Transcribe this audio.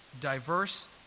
diverse